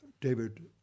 David